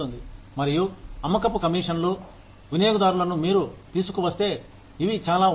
మరియు అమ్మకపు కమిషన్లు వినియోగదారులను మీరు తీసుకువస్తే ఇవి చాలా ఉన్నాయి